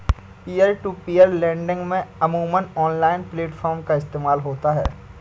peer to peer lending में अमूमन online platform का इस्तेमाल होता है